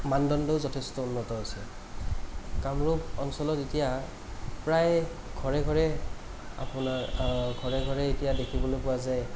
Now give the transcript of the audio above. মানদণ্ডও যথেষ্ট উন্নত হৈছে কামৰূপ অঞ্চলত এতিয়া প্ৰায় ঘৰে ঘৰে আপোনাৰ ঘৰে ঘৰে এতিয়া দেখিবলৈ পোৱা যায়